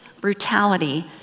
brutality